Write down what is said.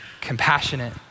compassionate